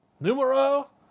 numero